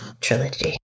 Trilogy